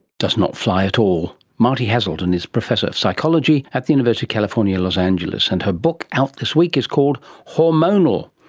does not fly at all. martie haselton is professor of psychology at the university of california, los angeles. and her book, out this week, is called hormonal.